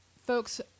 Folks